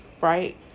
right